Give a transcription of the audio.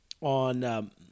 on